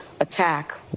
attack